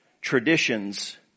traditions